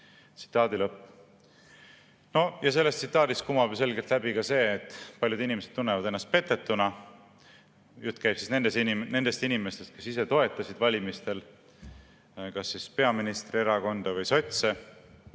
ülesandega." Sellest tsitaadist kumab ju selgelt läbi ka see, et paljud inimesed tunnevad ennast petetuna. Jutt käib nendest inimestest, kes ise toetasid valimistel kas peaministri erakonda või sotse.